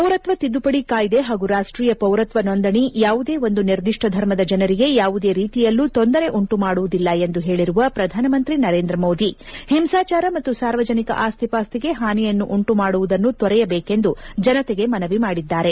ಪೌರತ್ವ ತಿದ್ಲುಪಡಿ ಕಾಯ್ಲೆ ಹಾಗೂ ರಾಷ್ಷೀಯ ಪೌರತ್ವ ನೊಂದಣಿ ಯಾವುದೇ ಒಂದು ನಿರ್ದಿಷ್ಟ ಧರ್ಮದ ಜನರಿಗೆ ಯಾವುದೇ ರೀತಿಯಲ್ಲೂ ತೊಂದರೆ ಉಂಟು ಮಾಡುವುದಿಲ್ಲ ಎಂದು ಹೇಳಿರುವ ಪ್ರಧಾನಮಂತ್ರಿ ನರೇಂದ್ರ ಮೋದಿ ಹಿಂಸಾಚಾರ ಮತ್ತು ಸಾರ್ವಜನಿಕ ಆಸ್ತಿಪಾಸ್ತಿಗೆ ಹಾನಿಯನ್ನು ಉಂಟುಮಾಡುವುದನ್ನು ತೊರಯಬೇಕೆಂದು ಜನತೆಗೆ ಮನವಿ ಮಾಡಿದ್ದಾರೆ